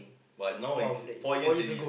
but now it's four years already ah